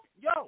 Yo